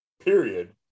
period